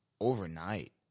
overnight